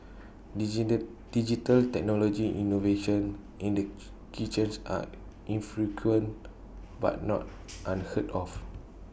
digital technology innovations in the kitchens are infrequent but not unheard of